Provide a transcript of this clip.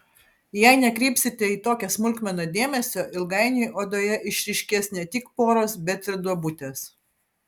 jei nekreipsite į tokią smulkmeną dėmesio ilgainiui odoje išryškės ne tik poros bet ir duobutės